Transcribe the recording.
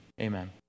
Amen